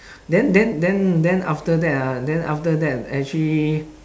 then then then then after that ah then after that actually